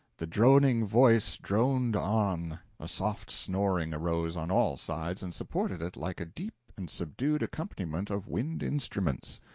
the droning voice droned on a soft snoring arose on all sides and supported it like a deep and subdued accompaniment of wind instruments.